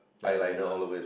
ya like Lionel